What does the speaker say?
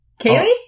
Kaylee